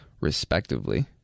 respectively